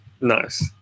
nice